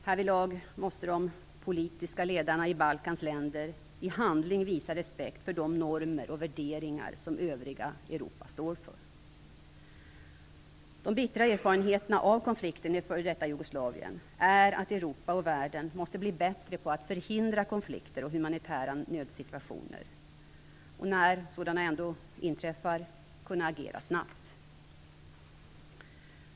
Härvidlag måste de politiska ledarna i Balkans länder i handling visa respekt för de normer och värderingar som övriga Europa står för. De bittra erfarenheterna av konflikten i f.d. Jugoslavien är att Europa och världen måste bli bättre på att förhindra konflikter och humanitära nödsituationer - och när de ändå inträffar kunna agera snabbt.